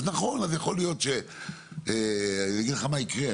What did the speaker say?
ואני אגיד לך מה יקרה,